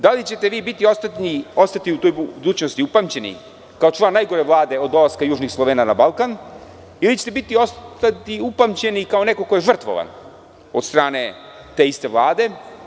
Da li će ti vi biti i ostati u toj budućnosti upamćeni kao član najgore Vlade od dolaska južnih Slovena na Balkan ili ćete biti i ostati i upamćeni kao neko ko je žrtvovan od strane te iste Vlade.